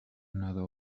another